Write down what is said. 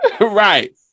right